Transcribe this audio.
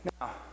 Now